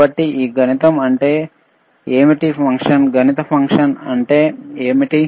కాబట్టి ఈ గణిత ఫంక్షన్ ఏమిటి